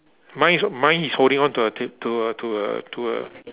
mine is mine is holding on to a t~ to a to a to a